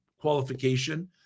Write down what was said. qualification